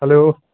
hello